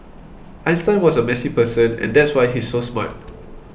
Einstein was a messy person and that's why he's so smart